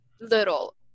little